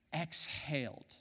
exhaled